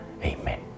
Amen